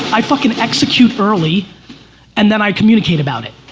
i fuckin' execute early and then i communicate about it.